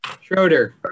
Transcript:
Schroeder